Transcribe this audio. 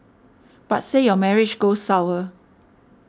but say your marriage goes sour